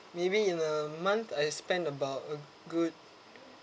maybe in a month I spend about a good